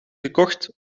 gekocht